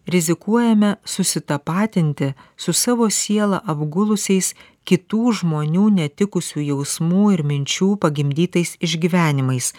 rizikuojame susitapatinti su savo sielą apgulusiais kitų žmonių netikusių jausmų ir minčių pagimdytais išgyvenimais